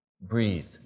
breathe